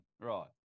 right